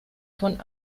von